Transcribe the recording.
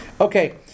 okay